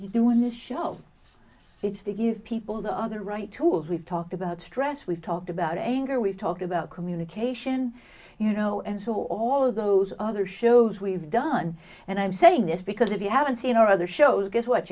doing this show it's to give people the other right tools we've talked about stress we've talked about anger we've talked about communication you know and so all of those other shows we've done and i'm saying this because if you haven't seen our other shows guess what